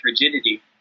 rigidity